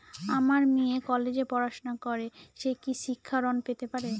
আমার মেয়ে কলেজে পড়াশোনা করে সে কি শিক্ষা ঋণ পেতে পারে?